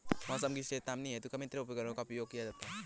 मौसम की चेतावनी हेतु कृत्रिम उपग्रहों का प्रयोग किया जाता है